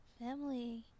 Family